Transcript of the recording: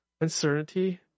uncertainty